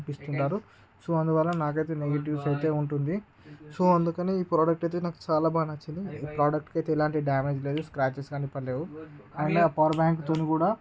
పంపిస్తుంటారు సో అందువల్ల నాకైతే నెగిటివ్స్ అయితే ఉంటుంది సో అందుకని ఈ ప్రోడక్ట్ అయితే నాకు చాలా బాగా నచ్చింది ఈ ప్రోడక్ట్ అయితే ఎలాంటి డామేజ్ లేదు స్క్రాచెస్ కానీ పడలేదు అండ్ పవర్ బ్యాంక్ తోను కూడా